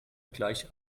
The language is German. gleich